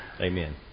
Amen